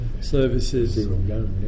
services